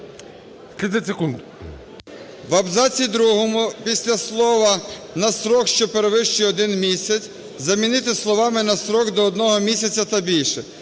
В абзаці другому після слів "на строк, що перевищує один місяць" замінити словами "на строк одного місяця та більше".